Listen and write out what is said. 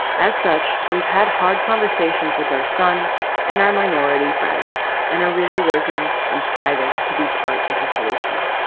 as such, we've had hard conversations with our son and our minority friends and are really working and striving to be part of the solution.